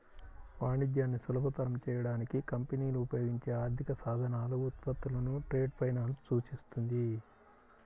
వాణిజ్యాన్ని సులభతరం చేయడానికి కంపెనీలు ఉపయోగించే ఆర్థిక సాధనాలు, ఉత్పత్తులను ట్రేడ్ ఫైనాన్స్ సూచిస్తుంది